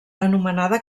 anomenada